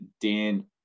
Dan